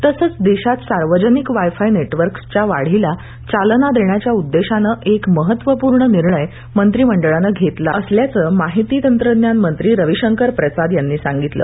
तसंच देशात सार्वजनिक वाय फाय नेटवर्क्सच्या वाढीला चालना देण्याच्या उद्देशानं एक महत्त्वपूर्ण निर्णय मंत्रिमंडळानं घेतला असल्याचं माहिती तंत्रज्ञान मंत्री रवी शंकर प्रसाद यांनी सांगितलं